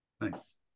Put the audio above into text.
Nice